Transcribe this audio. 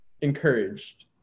encouraged